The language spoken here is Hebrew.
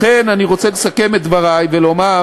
לכן, אני רוצה לסכם את דברי ולומר,